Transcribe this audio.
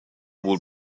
will